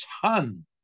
ton